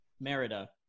Merida